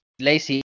lacey